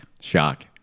Shock